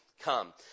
Come